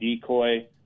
decoy